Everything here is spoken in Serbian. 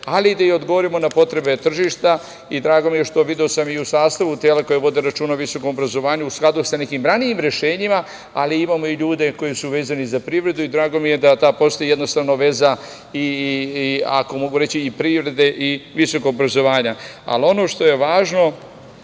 ali i da odgovorimo na potrebe tržišta. Drago mi je što i u sastavu tela koja vode računa o visokom obrazovanju, u skladu sa nekim ranijim rešenjima, imamo ljude koji su vezani za privredu i drago mi je da postoji ta veza privrede i visokog obrazovanja. Ono što je važno,